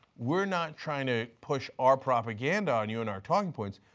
we are not trying to push our propaganda on you in our talking points,